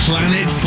Planet